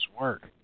work